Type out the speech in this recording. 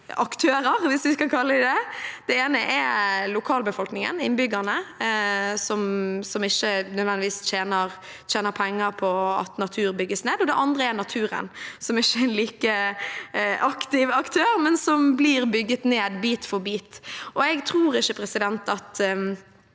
aktører, hvis vi skal kalle dem det. Den ene er lokalbefolkningen – innbyggerne – som ikke nødvendigvis tjener penger på at natur bygges ned. Den andre er naturen, som ikke er en like aktiv aktør, men som blir bygget ned bit for bit. Jeg tror ikke at det å